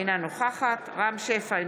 אינה נוכחת רם שפע,